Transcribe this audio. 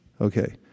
Okay